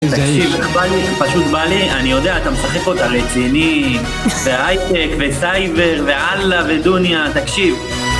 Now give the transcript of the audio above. תקשיב, איך בא לי, פשוט בא לי, אני יודע אתה משחק אותה, רציני, והייטק, וסייבר, ואללה, ודוניה, תקשיב